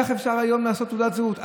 איך אפשר היום להנפיק תעודת זהות?